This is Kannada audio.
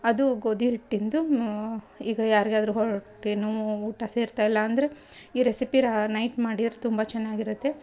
ಅದು ಗೋಧಿ ಹಿಟ್ಟಿಂದು ಈಗ ಯಾರಿಗಾದರೂ ಹೊಟ್ಟೆ ನೋವು ಊಟ ಸೇರ್ತಾ ಇಲ್ಲ ಅಂದರೆ ಈ ರೆಸಿಪಿ ರಾ ನೈಟ್ ಮಾಡಿದ್ರ್ ತುಂಬ ಚೆನ್ನಾಗಿರುತ್ತೆ